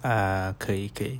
ah 可以可以